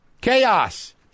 chaos